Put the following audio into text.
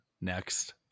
Next